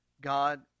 God